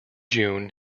june